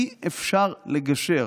אי-אפשר לגשר.